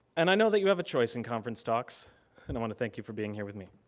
and i know that you have a choice in conference talks and i want to thank you for being here with me.